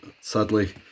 sadly